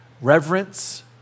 reverence